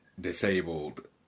disabled